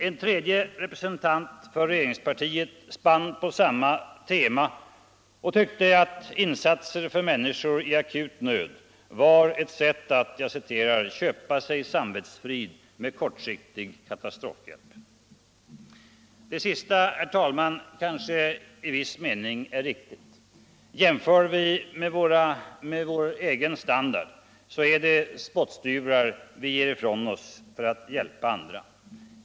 En tredje representant för regeringspartiet spann på samma tema och tyckte att insatser för människor i akut nöd var ett sätt att ”köpa sig samvetsfrid med kortsiktig katastrofhjälp”. Det sista, herr talman, kanske i viss mån är riktigt. Jämför vi med vår egen standard är det spottstyvrar som vi ger ifrån oss för att hjälpa andra.